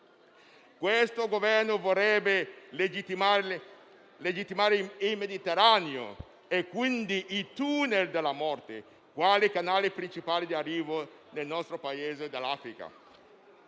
Questo Governo vorrebbe fare del Mediterraneo, il *tunnel* della morte, il canale principale di arrivo nel nostro Paese dall'Africa.